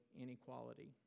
inequality